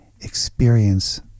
experience